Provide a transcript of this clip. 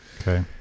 Okay